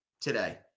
today